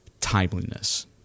timeliness